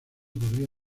podría